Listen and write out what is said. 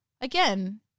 Again